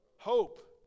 Hope